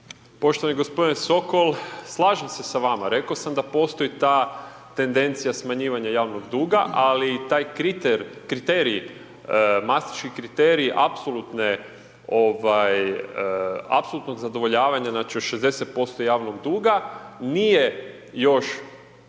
Poštovani gospodine Sokol, slažem se sa vama, reko sam da postoji ta tendencija smanjivanja javnog duga, ali i taj kriter, kriterij mastički kriterij apsolutne, ovaj apsolutnog zadovoljavanja znači od 60% javnog duga nije još